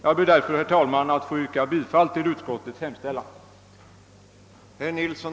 Jag ber därför, herr talman, att få yrka bifall till utskottets hemställan.